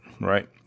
Right